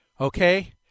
Okay